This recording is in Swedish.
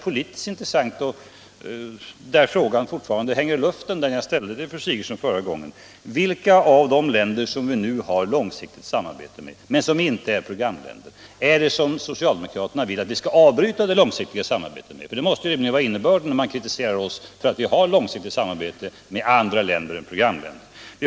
Politiskt intressant är däremot den fråga som jag ställde till fru Sigurdsen och som fortfarande hänger i luften: Vilka av de länder som vi nu har ett långsiktigt samarbete med men som inte är programländer är det som socialdemokraterna vill att vi skall avbryta det långsiktiga samarbetet med? Det måste rimligen vara innebörden i kritiken av oss för vårt långsiktiga samarbete med andra länder än programländer.